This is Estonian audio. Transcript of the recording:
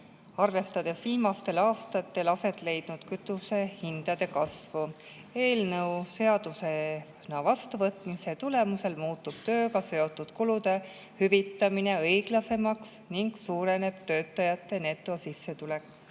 arvestades viimastel aastatel aset leidnud kütusehindade kasvu. Eelnõu seadusena vastuvõtmise tulemusel muutub tööga seotud kulude hüvitamine õiglasemaks ning suureneb töötajate netosissetulek.